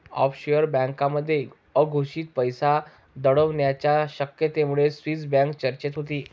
offshore बँकांमध्ये अघोषित पैसा दडवण्याच्या शक्यतेमुळे स्विस बँक चर्चेत होती